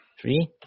three